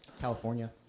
California